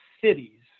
cities